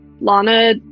Lana